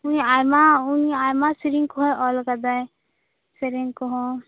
ᱩᱱᱤ ᱟᱭᱢᱟ ᱩᱱᱤ ᱟᱭᱢᱟ ᱥᱮᱨᱮᱧ ᱠᱚᱦᱚᱸ ᱚᱞᱠᱟᱫᱟᱭ ᱥᱮᱨᱮᱧ ᱠᱚᱦᱚᱸ